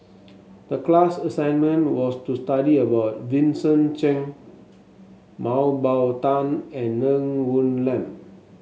the class assignment was to study about Vincent Cheng Mah Bow Tan and Ng Woon Lam